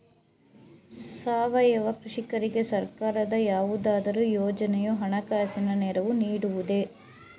ಸಾವಯವ ಕೃಷಿಕರಿಗೆ ಸರ್ಕಾರದ ಯಾವುದಾದರು ಯೋಜನೆಯು ಹಣಕಾಸಿನ ನೆರವು ನೀಡುವುದೇ?